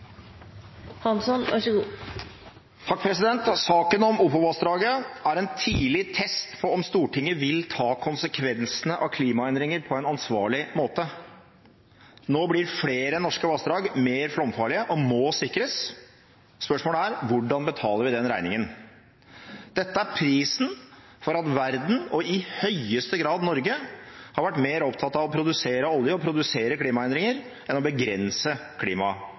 en tidlig test på om Stortinget vil ta konsekvensene av klimaendringer på en ansvarlig måte. Nå blir flere norske vassdrag mer flomfarlige og må sikres. Spørsmålet er: Hvordan betaler vi den regningen? Dette er prisen for at verden og i høyeste grad Norge har vært mer opptatt av å produsere olje, å produsere klimaendringer, enn å begrense